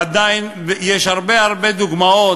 עדיין יש הרבה הרבה דוגמאות,